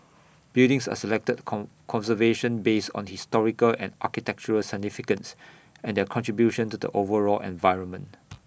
buildings are selected come conservation based on historical and architectural significance and their contribution to the overall environment